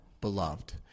beloved